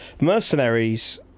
Mercenaries